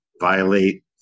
violate